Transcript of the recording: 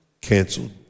canceled